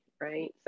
right